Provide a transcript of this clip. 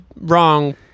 wrong